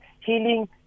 healing